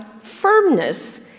firmness